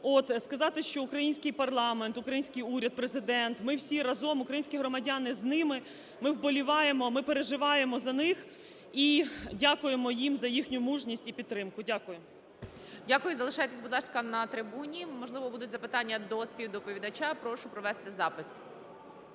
Сказати, що український парламент, український уряд, Президент, ми всі разом, українські громадяни з ними, ми вболіваємо, ми переживаємо за них і дякуємо їм за їхню мужність і підтримку. Дякую. ГОЛОВУЮЧИЙ. Дякую. Залишайтесь, будь ласка на трибуні. Можливо, будуть запитання до співдоповідача. Прошу провести запис.